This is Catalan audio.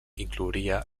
inclouria